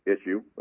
issue